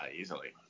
easily